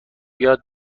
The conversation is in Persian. یاد